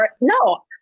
No